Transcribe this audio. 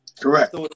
Correct